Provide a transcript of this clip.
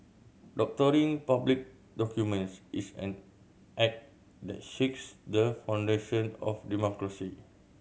doctoring public documents is an act that shakes the foundation of democracy